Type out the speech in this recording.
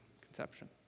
conception